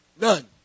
None